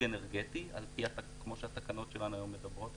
אנרגטי כמו שהתקנות שלנו היום מדברות.